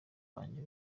banjye